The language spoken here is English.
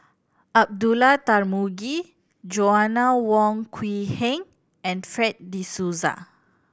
Abdullah Tarmugi Joanna Wong Quee Heng and Fred De Souza